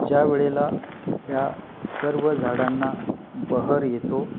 ज्या वेळेला ह्या सर्व झाडांना बहर येतो